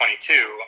22